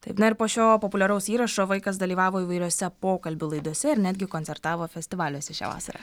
taip na ir po šio populiaraus įrašo vaikas dalyvavo įvairiose pokalbių laidose ir netgi koncertavo festivaliuose šią vasarą